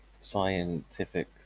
scientific